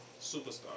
Superstar